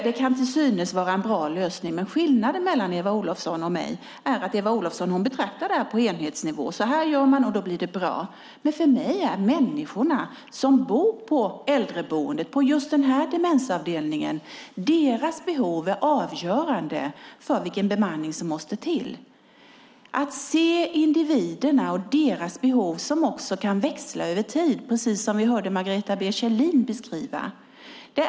Det kan synas vara en bra lösning, men skillnaden mellan Eva Olofsson och mig är att Eva Olofsson betraktar detta på enhetsnivå - så här gör man och då blir det bra - medan det för mig är människorna som bor på äldreboendet, på just den här demensavdelningen, och deras behov som är avgörande för vilken bemanning som måste till. För mig handlar det om att se individerna och deras behov, som kan växla över tid, precis som vi hörde Margareta B Kjellin beskriva det.